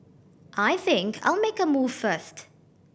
I think I'll make a move first